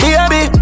Baby